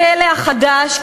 בכלא החדש,